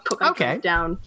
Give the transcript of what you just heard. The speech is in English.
Okay